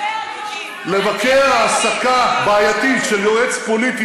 לבקר העסקה בעייתית של יועץ פוליטי